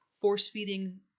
force-feeding